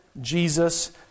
Jesus